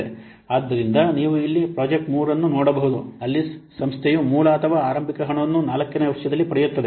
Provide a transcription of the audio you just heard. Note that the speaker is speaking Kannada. ಆದ್ದರಿಂದ ಇಲ್ಲಿ ನೀವು ಪ್ರಾಜೆಕ್ಟ್ 3 ಅನ್ನು ನೋಡಬಹುದು ಅಲ್ಲಿ ಸಂಸ್ಥೆಯು ಮೂಲ ಅಥವಾ ಆರಂಭಿಕ ಹಣವನ್ನು 4 ನೇ ವರ್ಷದಲ್ಲಿ ಪಡೆಯುತ್ತದೆ